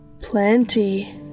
Plenty